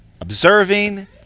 observing